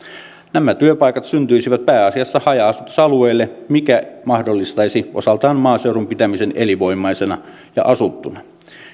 nämä työpaikat syntyisivät pääasiassa haja asutusalueille mikä mahdollistaisi osaltaan maaseudun pitämisen elinvoimaisena ja asuttuna